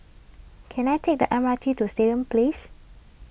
can I take the M R T to Stadium Place